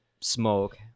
smoke